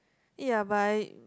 ya but I